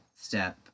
step